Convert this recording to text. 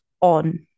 on